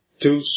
two